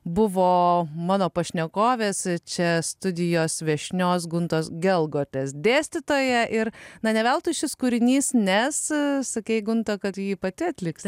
buvo mano pašnekovės čia studijos viešnios guntos gelgotės dėstytoja ir na ne veltui šis kūrinys nes sakei gunta kad ji pati atliks